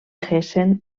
hessen